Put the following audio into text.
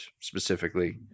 specifically